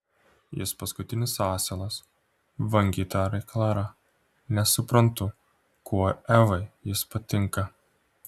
jis paskutinis asilas vangiai taria klara nesuprantu kuo evai jis patinka